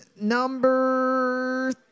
number